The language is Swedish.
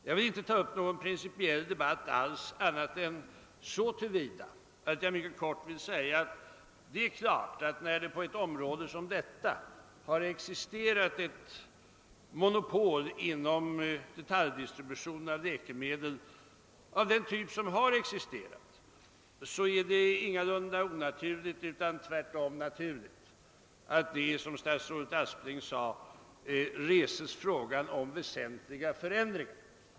Jag vill inte alls ta upp någon principiell debatt annat än så till vida att jag mycket kort vill påpeka att det på ett område som detta, där det har existerat ett monopol inom detaljdistributionen av läkemedel, ingalunda är onaturligt utan tvärtom helt naturligt att det, såsom statsrådet Aspling sade, reses krav på väsentliga förändringar.